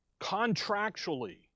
contractually